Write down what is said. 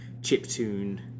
chiptune